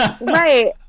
right